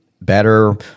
better